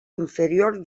inferior